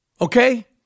Okay